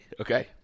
Okay